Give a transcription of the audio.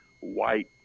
white